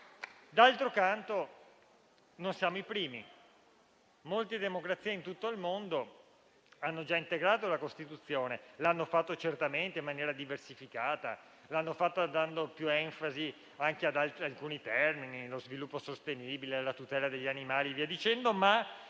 D'altro canto, non siamo i primi. Molte democrazie in tutto il mondo hanno già integrato la Costituzione. L'hanno fatto certamente in maniera diversificata, dando più enfasi anche ad altri concetti, come lo sviluppo sostenibile e la tutela degli animali, ma